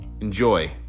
Enjoy